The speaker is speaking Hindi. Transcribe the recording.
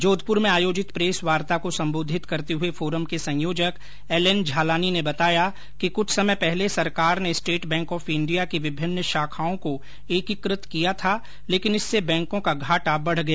जोधपुर में आयोजित प्रेस वार्ता को संबोधित करते हुए फोरम के संयोजक एल एन झालानी ने बताया कि कुछ समय पहले सरकार ने स्टेट बैंक ऑफ इंडिया की विभिन्न शाखाओं को एकीकृत किया था लेकिन इससे बैंकों का घाटा बढ गया